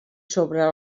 sobre